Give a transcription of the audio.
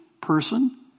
person